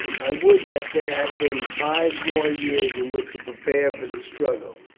i would that there had been five more years in which to prepare for the struggle,